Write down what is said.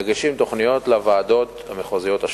ומגישים תוכניות לוועדות המחוזיות השונות: